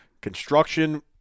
construction